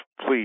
please